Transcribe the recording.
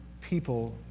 people